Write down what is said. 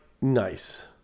nice